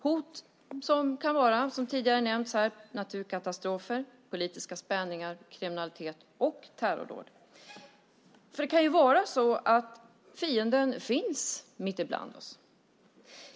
Hot kan vara, som tidigare nämnts, naturkatastrofer, politiska spänningar, kriminalitet och terrordåd. Det kan ju vara så att fienden finns mitt ibland oss.